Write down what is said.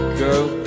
girl